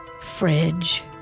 fridge